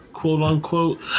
quote-unquote